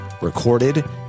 recorded